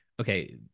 okay